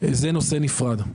נושא נפרד.